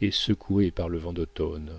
est secouée par le vent d'automne